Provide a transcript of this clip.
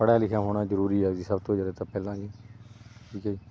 ਪੜ੍ਹਿਆ ਲਿਖਿਆ ਹੋਣਾ ਜ਼ਰੂਰੀ ਆ ਜੀ ਸਭ ਤੋਂ ਜ਼ਿਆਦਾ ਤਾਂ ਪਹਿਲਾਂ ਜੀ ਠੀਕ ਹੈ ਜੀ